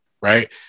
right